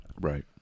Right